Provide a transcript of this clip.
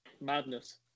madness